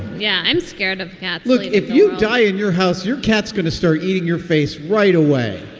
yeah. i'm scared of cat look, if you die in your house, your cat's going to start eating your face right away.